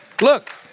look